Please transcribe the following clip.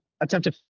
attempted